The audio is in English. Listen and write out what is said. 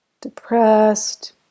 depressed